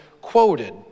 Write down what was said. quoted